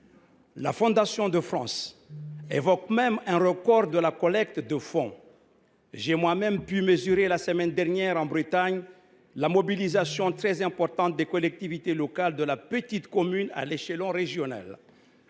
La Fondation de France évoque même un record de collecte de fonds. J’ai moi même pu mesurer la semaine dernière en Bretagne la mobilisation très importante des collectivités locales, de la petite commune à l’échelon régional.